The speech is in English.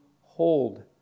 hold